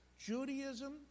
Judaism